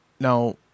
Now